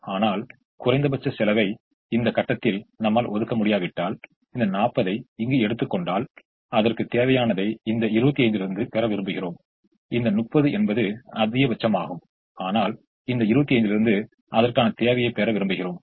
ஆனால் குறைந்த பட்ச செலவை இந்த கட்டத்தில் நம்மால் ஒதுக்க முடியாவிட்டால் இந்த 40 ஐ இங்கு எடுத்துக் கொண்டால் அதற்கு தேவையானதை இந்த 25 இலிருந்து பெற விரும்புகிறோம் இந்த 30 என்பது அதிகபட்சமாகும் ஆனால் இந்த 25 இலிருந்து அதற்கான தேவையை பெற விரும்புகிறோம்